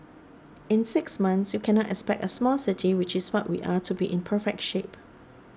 in six months you cannot expect a small city which is what we are to be in perfect shape